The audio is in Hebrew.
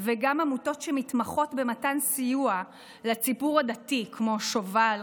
וגם עמותות שמתמחות במתן סיוע לציבור הדתי כמו שובל,